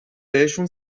بهشون